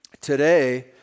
Today